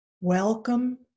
welcome